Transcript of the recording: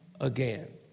again